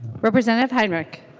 representative heinrich